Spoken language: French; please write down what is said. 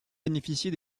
bénéficier